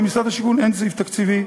במשרד השיכון אין סעיף תקציבי.